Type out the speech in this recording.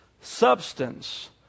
substance